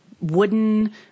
wooden